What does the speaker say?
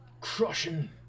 Crushing